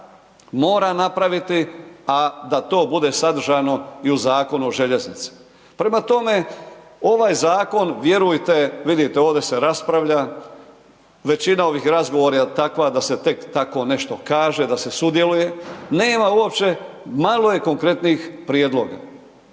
mora napraviti, a da to bude sadržajno i u Zakonu o željeznici. Prema tome, ovaj zakon, vjerujte, vidite ovdje se raspravlja, većina ovih razgovora je takva da se tek tako nešto kaže, da se sudjeluje. Nema uopće, malo je konkretnih prijedloga.